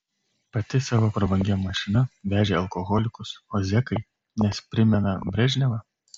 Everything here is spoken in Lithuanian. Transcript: pati savo prabangia mašina vežė alkoholikus o zekai nes primena brežnevą